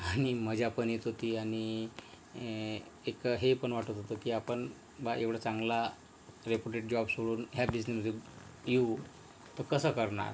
आणि ह मजा पण येत होती आणि एक हे पण वाटत होतं की आपण बा एवढं चांगला रेप्युटेड जॉब सोडून ह्या बिजनेसमध्ये येऊ तर कसं करणार